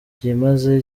byimazeyo